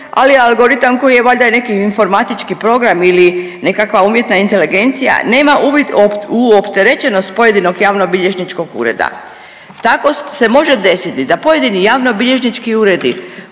ali algoritam koji je valjda neki informatički program ili nekakva umjetna inteligencija nema uvid u opterećenost pojedinog javnobilježničkog ureda. Tako se može desiti da pojedini javnobilježnički uredi